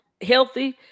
healthy